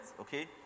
Okay